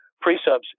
pre-subs